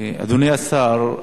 אדוני השר,